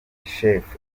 chef